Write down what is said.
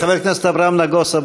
חבר הכנסת אברהם נגוסה,